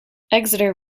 exeter